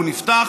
והוא נפתח,